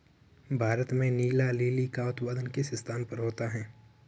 भारत में नीला लिली का उत्पादन किस स्थान पर होता है?